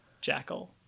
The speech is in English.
jackal